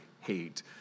hate